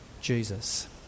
Jesus